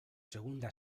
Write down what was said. segunda